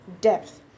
depth